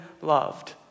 loved